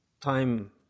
time